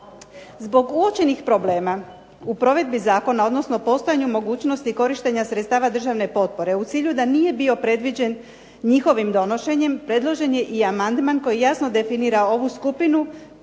Zbog uočenih problema u provedbi Zakona odnosno postojanju mogućnosti korištenja sredstava državne potpore u cilju da nije bio predviđen njihovim donošenjem predložen je amandman koji jasno definira ovu skupinu,